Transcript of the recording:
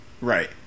right